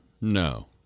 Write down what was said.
No